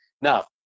Now